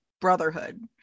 brotherhood